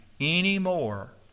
anymore